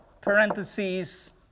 parentheses